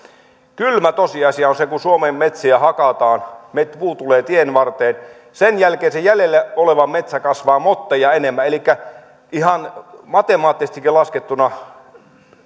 kylmä tosiasia on se että kun suomen metsiä hakataan puu tulee tienvarteen sen jälkeen se jäljellä oleva metsä kasvaa motteja enemmän elikkä ihan matemaattisestikin laskettuna